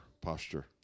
posture